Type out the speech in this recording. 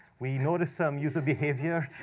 we notice some user behavior,